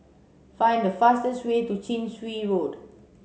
find the fastest way to Chin Swee Road